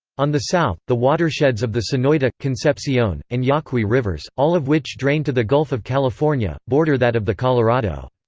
on the south, the watersheds of the sonoyta, concepcion, and yaqui rivers, all of which drain to the gulf of california, border that of the colorado.